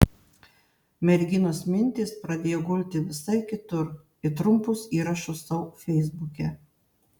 merginos mintys pradėjo gulti visai kitur į trumpus įrašus sau feisbuke